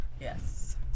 Yes